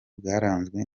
bwaranzwe